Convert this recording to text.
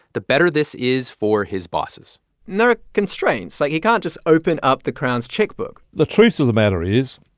the better this is for his bosses and there are constraints. like, he can't just open up the crown's checkbook the truth of the matter is,